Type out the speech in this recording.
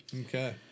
Okay